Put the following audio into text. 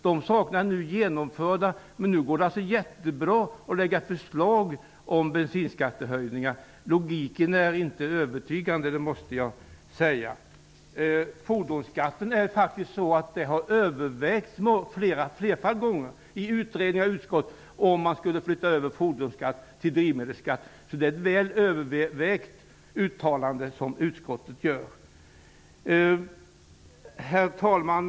De förslagen är nu genomförda. Nu går det alltså jättebra att lägga fram förslag om bensinskattehöjningar. Logiken är inte övertygande, det måste jag säga. Det har ett flertal gånger i utredningar och utskott övervägts om man skulle ändra från fordonsskatt till drivmedelsskatt. Det är ett övervägt uttalande som utskottet gör. Herr talman!